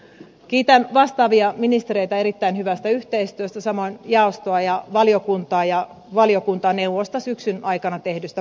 kiitän vastaavia ministereitä erittäin hyvästä yhteistyöstä samoin jaostoa ja valiokuntaa ja valiokuntaneuvosta syksyn aikana tehdystä budjettityöstä